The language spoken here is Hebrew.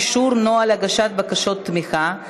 אישור נוהל הגשת בקשות תמיכה),